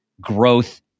growth